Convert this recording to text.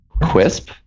Quisp